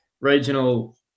regional